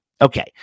Okay